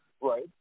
Right